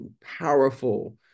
powerful